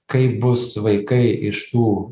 kaip bus vaikai iš tų